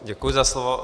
Děkuji za slovo.